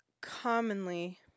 commonly